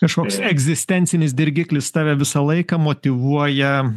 kažkoks egzistencinis dirgiklis tave visą laiką motyvuoja